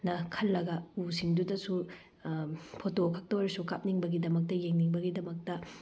ꯅ ꯈꯜꯂꯒ ꯎꯁꯤꯡꯗꯨꯗꯁꯨ ꯐꯣꯇꯣ ꯈꯛꯇ ꯑꯣꯏꯔꯁꯨ ꯀꯥꯞꯅꯤꯡꯕꯒꯤꯗꯃꯛꯇ ꯌꯦꯡꯅꯤꯡꯕꯒꯤꯗꯃꯛꯇ